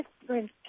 different